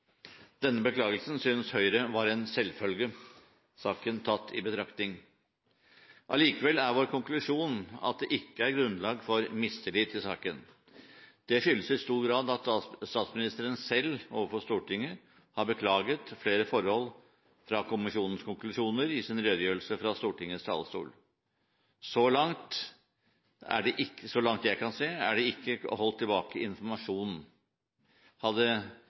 Denne beklagelsen synes Høyre var en selvfølge, saken tatt i betraktning. Likevel er vår konklusjon at det ikke er grunnlag for mistillit i saken. Det skyldes i stor grad at statsministeren selv overfor Stortinget har beklaget flere forhold fra kommisjonens konklusjoner i sin redegjørelse fra Stortingets talerstol. Så langt jeg kan se, er det ikke holdt tilbake informasjon. Hadde